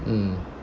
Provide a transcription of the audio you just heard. mm